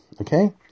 Okay